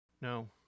No